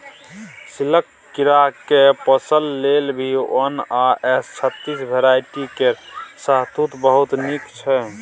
सिल्कक कीराकेँ पोसय लेल भी वन आ एस छत्तीस भेराइटी केर शहतुत बहुत नीक छै